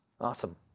awesome